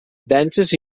denses